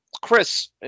Chris